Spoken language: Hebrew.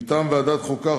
מטעם ועדת החוקה,